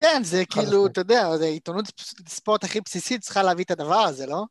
כן, זה כאילו, אתה יודע, זה עיתונות ספורט הכי בסיסית צריכה להביא את הדבר הזה, לא?